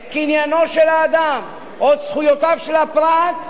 את קניינו של האדם או את זכויותיו של הפרט,